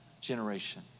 generation